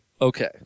Okay